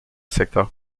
secteur